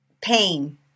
pain